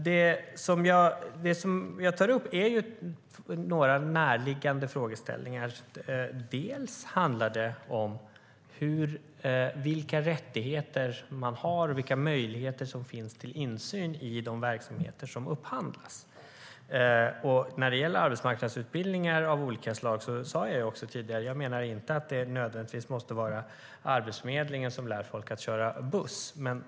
Det som jag tog upp är några närliggande frågeställningar. Det handlar om vilka rättigheter man har och vilka möjligheter som finns till insyn i de verksamheter som upphandlas. När det gäller arbetsmarknadsutbildningar av olika slag menar jag inte att det nödvändigtvis måste vara Arbetsförmedlingen som lär folk att köra buss.